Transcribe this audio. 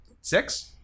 six